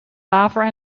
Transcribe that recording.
waver